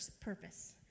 purpose